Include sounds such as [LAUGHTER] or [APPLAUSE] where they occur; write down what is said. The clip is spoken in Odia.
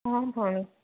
[UNINTELLIGIBLE]